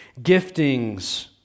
giftings